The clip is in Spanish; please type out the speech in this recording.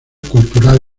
cultural